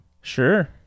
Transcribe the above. sure